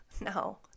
no